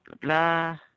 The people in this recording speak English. blah